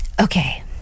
okay